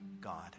God